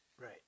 Right